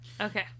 Okay